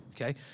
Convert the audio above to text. okay